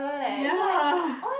ya